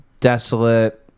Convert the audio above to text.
desolate